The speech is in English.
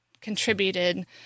contributed